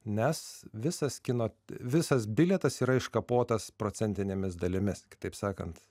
nes visas kino visas bilietas yra iškapotas procentinėmis dalimis kitaip sakant